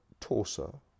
torso